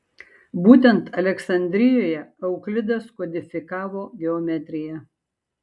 būtent aleksandrijoje euklidas kodifikavo geometriją